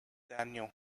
daniel